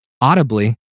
audibly